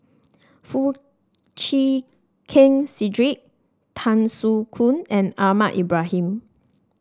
Foo Chee Keng Cedric Tan Soo Khoon and Ahmad Ibrahim